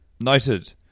noted